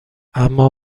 اما